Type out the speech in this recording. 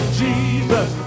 jesus